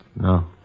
No